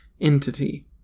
entity